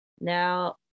Now